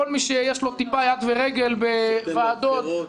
כל מי שיש לו טיפה יד ורגל בוועדות --- ספטמבר בחירות.